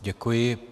Děkuji.